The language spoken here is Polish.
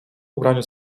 ubraniu